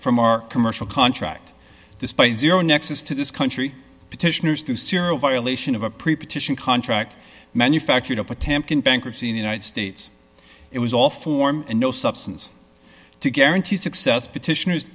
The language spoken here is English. from our commercial contract despite zero nexus to this country petitioners to ciro violation of a pre partition contract manufactured up attempt in bankruptcy in the united states it was all form and no substance to guarantee success petitioners